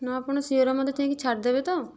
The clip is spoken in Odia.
ନା ଆପଣ ସିଓର ମତେ ନେଇକି ଛାଡ଼ିଦେବେ ତ